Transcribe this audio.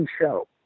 show